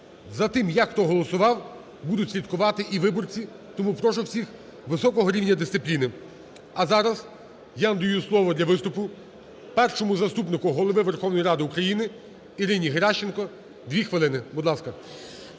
за тим, як хто голосував будуть слідкувати і виборці. Тому прошу всіх високого рівня дисципліни. А зараз я надаю слово для виступу Першому заступнику Голови Верховної Ради України Ірині Геращенко. 2 хвилини, будь ласка.